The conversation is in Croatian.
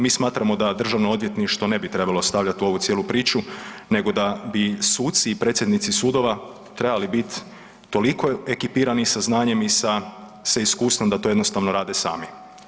Mi smatramo da Državno odvjetništvo ne bi trebalo stavljati u ovu cijelu priču, nego da bi suci i predsjednici sudova trebali biti toliko ekipirani sa znanjem i sa iskustvom da to jednostavno rade sami.